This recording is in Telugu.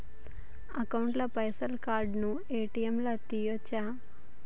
అకౌంట్ ల పైసల్ కార్డ్ నుండి ఏ.టి.ఎమ్ లా తియ్యచ్చా?